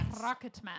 Rocketman